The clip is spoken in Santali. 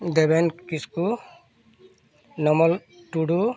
ᱫᱮᱵᱮᱱ ᱠᱤᱥᱠᱩ ᱱᱚᱢᱚᱱ ᱴᱩᱰᱩ